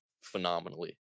phenomenally